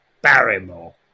Barrymore